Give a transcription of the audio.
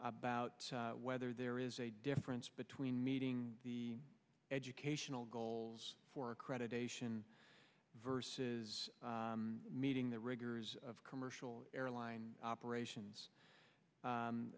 about whether there is a difference between meeting the educational goals for accreditation versus meeting the rigors of commercial airline operations